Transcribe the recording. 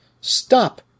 Stop